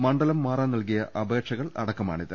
മണ്ഡലം മാറാൻ നൽകിയ അപേക്ഷകള ടക്കമാണിത്